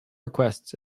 requests